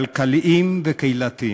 כלכליים וקהילתיים.